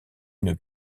une